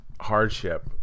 hardship